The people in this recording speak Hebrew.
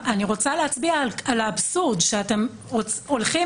אני רוצה להצביע על האבסורד שאתם הולכים